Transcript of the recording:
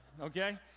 okay